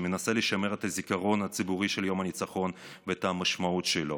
שמנסה לשמר את הזיכרון הציבורי של יום הניצחון ואת המשמעות שלו.